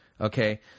okay